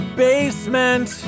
basement